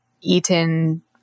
eaten